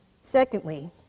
secondly